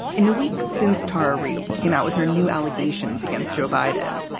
in the weeks since tara reid came out with her new allegations against joe biden.